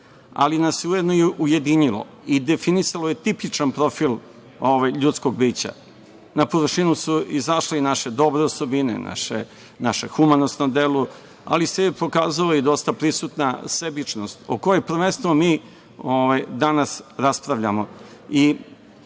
ali nas je ujedno i ujedinilo i definisalo je tipičan profil ljudskog bića. Na površinu su izašle i naše dobre osobine, naša humanost na delu, ali se pokazala i dosta prisutna sebičnost, o kojoj prvenstveno mi danas raspravljamo